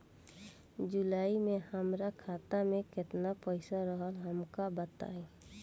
जुलाई में हमरा खाता में केतना पईसा रहल हमका बताई?